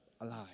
alive